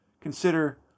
consider